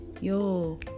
Yo